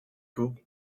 goal